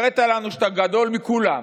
הראית לנו שאתה גדול מכולם.